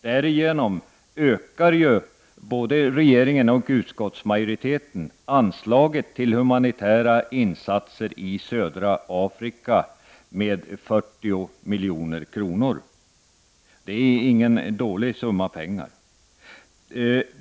Därigenom ökar ju regeringen och utskottsmajoriteten anslaget till humanitära insatser i södra Afrika med 40 milj.kr. Det är ingen liten summa pengar.